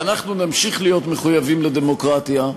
ואנחנו נמשיך להיות מחויבים לדמוקרטיה.